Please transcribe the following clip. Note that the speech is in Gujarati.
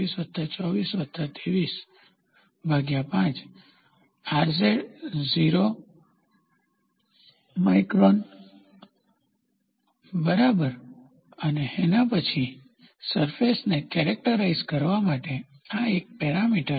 સરફેસને કેરેક્ટરાઇઝ કરવા માટે આ 1 પેરામીટર છે